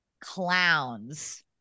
clowns